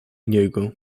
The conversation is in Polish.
niego